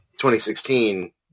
2016